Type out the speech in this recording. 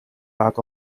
lack